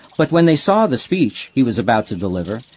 but when they saw the speech he was about to deliver,